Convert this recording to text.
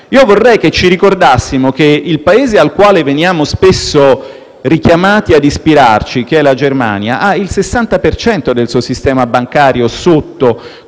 Vorrei che ci ricordassimo che il Paese al quale veniamo spesso richiamati ad ispirarci, la Germania, ha il 60 per cento del suo sistema bancario sotto